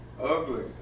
Ugly